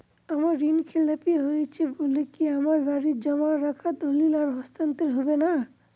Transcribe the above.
আমার ঋণ খেলাপি হয়েছে বলে কি আমার বাড়ির জমা রাখা দলিল আর হস্তান্তর করা হবে না?